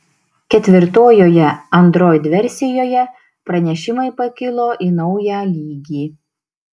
ketvirtojoje android versijoje pranešimai pakilo į naują lygį